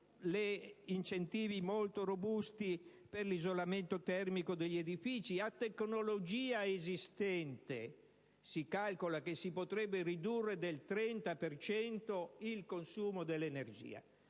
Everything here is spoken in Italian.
incentivi molto robusti per l'isolamento termico degli edifici. A tecnologia esistente, si calcola che si potrebbe ridurre del 30 per cento il consumo dell'energia.